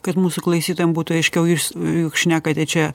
kad mūsų klausytojam būtų aiškiau jūs juk šnekate čia